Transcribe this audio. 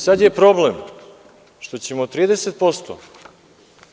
Sad je problem što ćemo 30%